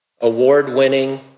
award-winning